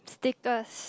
stickers